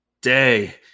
day